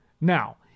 Now